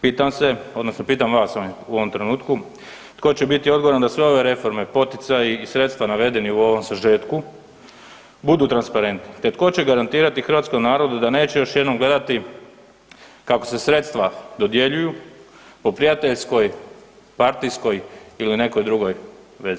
Pitam se odnosno pitam vas u ovom trenutku, tko će biti odgovoran da sve ove reforme, poticaji i sredstva navedeni u ovom sažetku budu transparentni, te tko će garantirati hrvatskom narodu da neće još jednom gledati kako se sredstva dodjeljuju po prijateljskoj, partijskoj ili nekoj drugoj vezi?